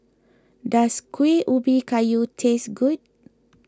does Kuih Ubi Kayu taste good